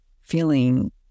feeling